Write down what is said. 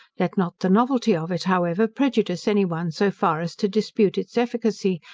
let not the novelty of it, however, prejudice any one so far as to dispute its efficacy,